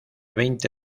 veinte